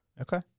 Okay